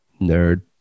nerd